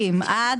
7(א).